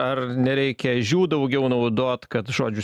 ar nereikia ežių daugiau naudot kad žodžiu